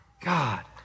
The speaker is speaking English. God